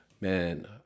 man